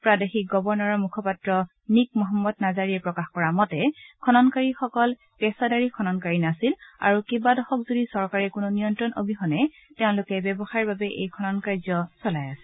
প্ৰাদেশিক গৱৰ্ণৰৰ মুখপাত্ৰ নীক মহম্মদ নাজাৰীয়ে প্ৰকাশ কৰা মতে খননকাৰীসকল পেচাদাৰী খননকাৰী নাছিল আৰু কেবাদশক জূৰি চৰকাৰৰ কোনো নিয়ন্ত্ৰণ অবিহনে তেওঁলোকে ব্যৱসায়ৰ বাবে এই খনন কাৰ্য চলাই আহিছিল